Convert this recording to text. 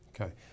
Okay